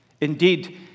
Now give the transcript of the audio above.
Indeed